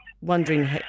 wondering